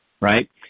Right